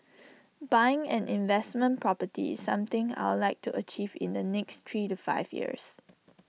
buying an investment property something I'd like to achieve in the next three to five years